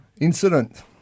Incident